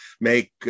make